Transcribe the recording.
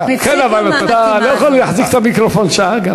כן, אבל אתה לא יכול להחזיק את המיקרופון שעה.